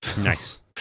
nice